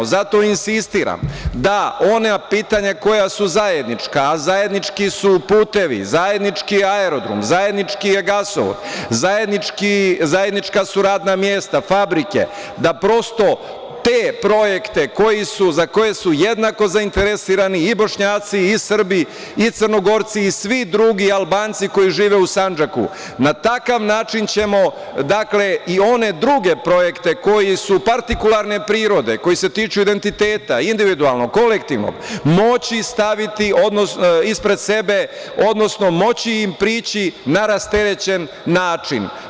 Zato insistiram da ona pitanja koja su zajednička, a zajednički su putevi, zajednički aerodrom, zajednički je gasovod, zajednička su radna mesta, fabrike, da prosto te projekte za koje su jednako zainteresovani i Bošnjaci i Srbi i Crnogorci i svi drugi, Albanci koji žive u Sandžaku, na takav način ćemo i one druge projekte koji su partikularne prirode, koji se tiču identiteta, individualno, kolektivno, moći staviti ispred sebe, odnosno moći im prići na rasterećen način.